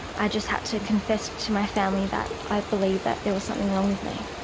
i just had to confess to my family that i believed that there was something wrong with me.